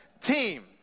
team